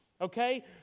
okay